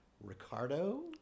Ricardo